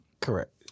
Correct